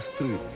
to